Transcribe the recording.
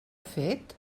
fet